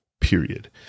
period